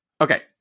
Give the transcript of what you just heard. Okay